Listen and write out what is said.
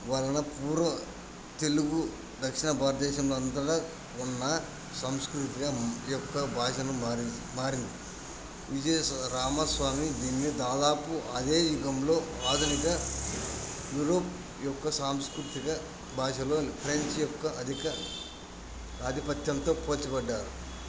వలన పూర్వ తెలుగు దక్షిణ భారతదేశంలో అంతటా ఉన్న సంస్కృతిక యొక్క భాషను మారింది మారింది విజయ రామస్వామి దీన్ని దాదాపు అదే యుగంలో ఆధునిక యూరోప్ యొక్క సాంస్కృతిక భాషలో ఫ్రెంచ్ యొక్క అధిక ఆధిపత్యంతో పోల్చబడ్డారు